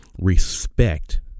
respect